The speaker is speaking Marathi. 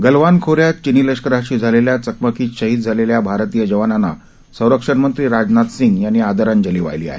गलवान खोऱ्यात चीनी लष्कराशी झालेल्या चकमकीत शहीद झालेल्या भारतीय जवानांना संरक्षण मंत्री राजनाथ सिंह यांनी आदरांजली वाहिली आहे